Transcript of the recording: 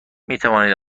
میتوانید